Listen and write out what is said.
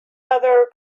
other